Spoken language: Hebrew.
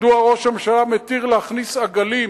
מדוע ראש הממשלה מתיר להכניס עגלים?